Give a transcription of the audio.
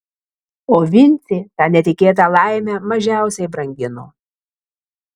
o vincė tą netikėtą laimę mažiausiai brangino